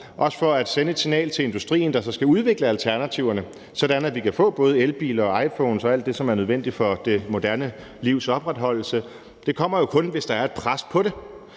også for at sende et signal til industrien, der så skal udvikle alternativerne, sådan at vi kan få både elbiler og iPhones og alt det, som er nødvendigt for det moderne livs opretholdelse. Det kommer jo kun, hvis der er et pres på det,